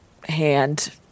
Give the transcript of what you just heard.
hand